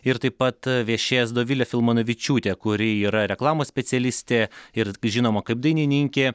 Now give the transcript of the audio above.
ir taip pat viešės dovilė filmanavičiūtė kuri yra reklamos specialistė ir žinoma kaip dainininkė